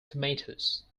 tomatoes